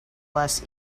less